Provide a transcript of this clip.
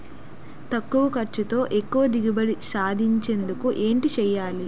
తక్కువ ఖర్చుతో ఎక్కువ దిగుబడి సాధించేందుకు ఏంటి చేయాలి?